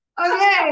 Okay